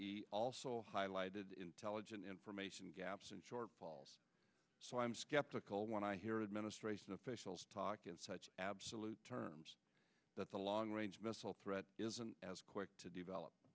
also highlighted intelligent information gaps and short so i'm skeptical when i hear administration officials talk in such absolute terms that the long range missile threat isn't as quick to develop